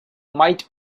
might